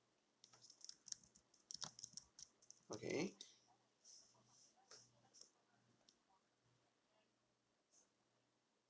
okay